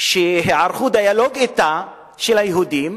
שערכו דיאלוג אתה, של היהודים,